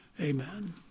amen